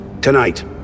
Tonight